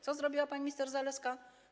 Co zrobiła pani minister Zalewska?